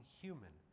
human